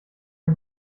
ein